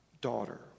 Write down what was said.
daughter